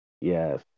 Yes